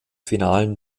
finalen